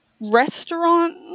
restaurant